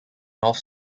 north